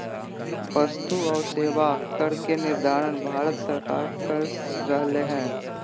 वस्तु आऊ सेवा कर के निर्धारण भारत सरकार कर रहले हें